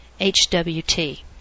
HWT